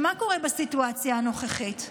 מה קורה בסיטואציה הנוכחית?